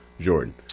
Jordan